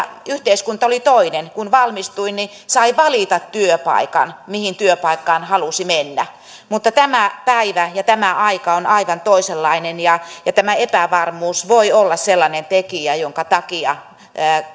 yhteiskunta oli toinen kun valmistuin sai valita työpaikan mihin halusi mennä mutta tämä päivä ja tämä aika on aivan toisenlainen ja ja tämä epävarmuus voi olla sellainen tekijä jonka takia